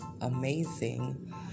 amazing